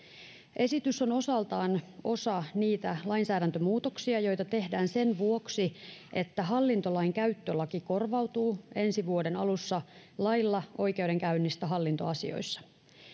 esitys on osaltaan osa niitä lainsäädäntömuutoksia joita tehdään sen vuoksi että hallintolainkäyttölaki korvautuu ensi vuoden alussa lailla oikeudenkäynnistä hallintoasioissa